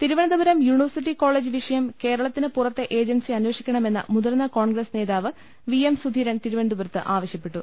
Thiruvananthapuram university college വിഷയം കേരള ത്തിന് പുറത്തെ ഏജൻസി അന്വേഷിക്കണമെന്ന് മുതിർന്ന കോൺഗ്രസ് നേതാവ് വി എം സുധീരൻ തിരുവ്വന്തപുരത്ത് ആവ ശ്യപ്പെട്ടു